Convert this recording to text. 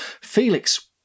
Felix